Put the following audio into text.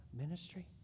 ministry